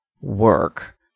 work